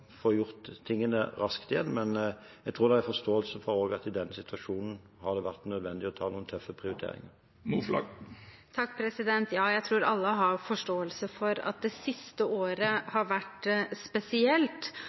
få gjort tingene raskt igjen. Jeg tror imidlertid det også er forståelse for at det i denne situasjonen har vært nødvendig å ta noen tøffe prioriteringer. Ja, jeg tror alle har forståelse for at det siste året har vært spesielt.